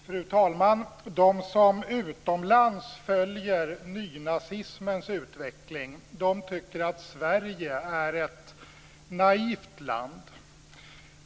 Fru talman! De som utomlands följer nynazismens utveckling tycker att Sverige är ett naivt land.